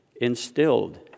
instilled